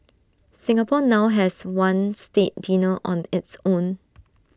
Singapore now has one state dinner on its own